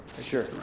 Sure